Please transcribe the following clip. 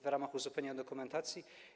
W ramach uzupełnienia dokumentacji.